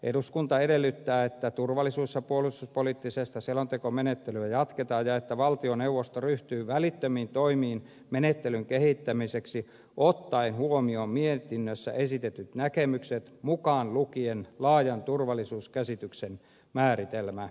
eduskunta edellyttää että turvallisuus ja puolustuspoliittista selontekomenettelyä jatketaan ja että valtioneuvosto ryhtyy välittömiin toimiin menettelyn kehittämiseksi ottaen huomioon mietinnössä esitetyt näkemykset mukaan lukien laajan turvallisuuskäsityksen määritelmä